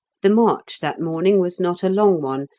the march that morning was not a long one,